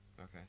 Okay